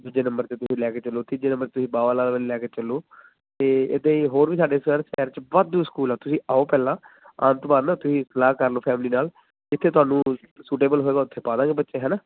ਦੂਜੇ ਨੰਬਰ 'ਤੇ ਤੁਸੀਂ ਲੈ ਕੇ ਚੱਲੋ ਤੀਜੇ ਨੰਬਰ ਤੁਸੀਂ ਬਾਵਾ ਲਾ ਲੈ ਕੇ ਚੱਲੋ ਅਤੇ ਇੱਦਾਂ ਹੀ ਹੋਰ ਵੀ ਸਾਡੇ ਸ਼ਹਿਰ ਸ਼ਹਿਰ 'ਚ ਵਾਧੂ ਸਕੂਲ ਆ ਤੁਸੀਂ ਆਓ ਪਹਿਲਾਂ ਆਉਣ ਤੋਂ ਬਾਅਦ ਨਾ ਤੁਸੀਂ ਸਲਾਹ ਕਰ ਲਓ ਫੈਮਲੀ ਨਾਲ ਜਿੱਥੇ ਤੁਹਾਨੂੰ ਸੂਟੇਬਲ ਹੋਏਗਾ ਉੱਥੇ ਪਾ ਦੇਵਾਂਗੇ ਬੱਚੇ ਹੈ ਨਾ